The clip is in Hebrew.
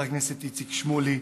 חבר הכנסת איציק שמולי,